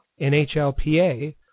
NHLPA